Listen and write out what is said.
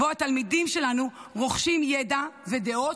שבהם התלמידים שלנו רוכשים ידע ודעות,